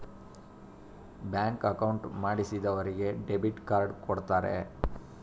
bank account ಮಾಡಿಸಿದರಿಗೆ debit card ಕೊಡ್ತಾರೆ